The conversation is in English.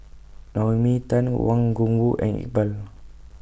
Naomi Tan Wang Gungwu and Iqbal